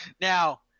Now